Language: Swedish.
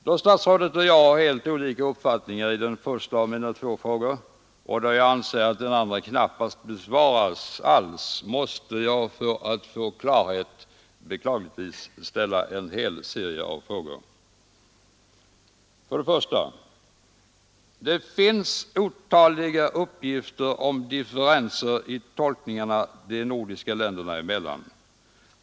Då statsrådet och jag har helt olika uppfattningar när det gäller den första av mina två frågor och då jag anser att den andra knappast besvarats alls måste jag för att få klarhet beklagligtvis ställa en hel serie av frågor: 1. Det finns olika uppgifter om differenser i tolkningarna de nordiska länderna emellan.